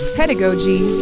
pedagogy